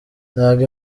ntabwo